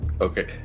okay